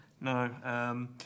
no